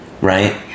Right